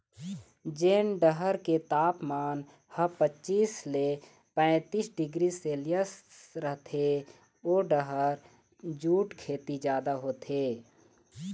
जेन डहर के तापमान ह पचीस ले पैतीस डिग्री सेल्सियस रहिथे ओ डहर जूट खेती जादा होथे